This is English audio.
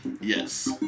yes